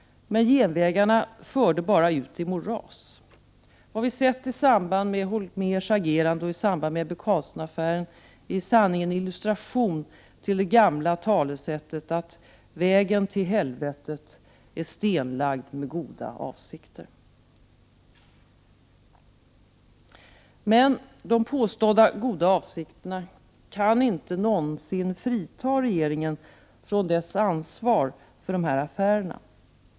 Men genvägarna förde bara ut i moras. Vad vi sett i samband med Hans Holmérs agerande och Ebbe Carlssonaffären är i sanning en illustration till det gamla talesättet om att vägen till helvetet är stenlagd med goda avsikter. Men de påstådda goda avsikterna kan inte någonsin frita regeringen från dess ansvar för de här affärerna.